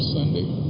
Sunday